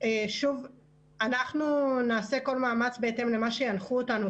אנחנו נעשה כל מאמץ בהתאם למה שינחו אותנו,